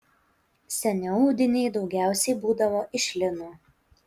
seniau audiniai daugiausiai būdavo iš lino